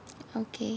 okay